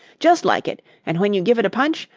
just like it, and when you give it a punch,